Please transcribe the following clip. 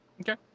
Okay